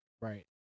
right